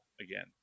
again